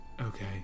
Okay